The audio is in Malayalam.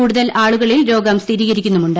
കൂടുതൽ ആളുകളിൽ രോഗം സ്ഥിരീകരിക്കുന്നുമുണ്ട്